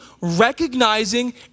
recognizing